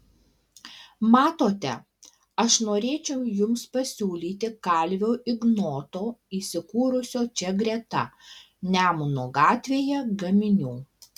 matote aš norėčiau jums pasiūlyti kalvio ignoto įsikūrusio čia greta nemuno gatvėje gaminių